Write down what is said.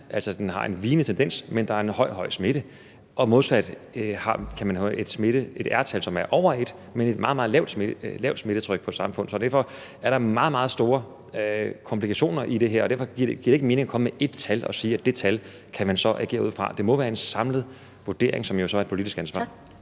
altså at der er en vigende tendens, men at der er en høj, høj smitte. Og modsat kan man have et R-tal, som er over 1, men et meget, meget lavt smittetryk i et samfund. Så derfor er der en meget, meget høj grad af kompleksitet i det her, og derfor giver det ikke mening at komme med et tal og sige, at man så kan agere ud fra det tal. Det må være en samlet vurdering, som jo så er et politisk ansvar.